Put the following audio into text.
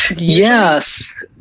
yes,